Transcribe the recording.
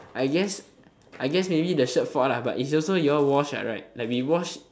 I guess I guess maybe the shirt fault lah but it's also you all wash what right like we wash